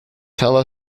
tell